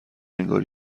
انگار